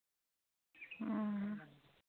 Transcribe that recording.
ᱚᱻ